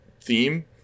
theme